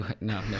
no